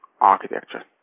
architecture